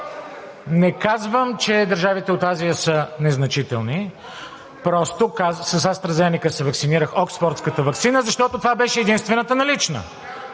не казвам, че държавите от Азия са незначителни, просто казах... С „АстраЗенека“ се ваксинирах, оксфордската ваксина, защото това беше единствената налична,